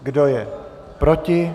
Kdo je proti?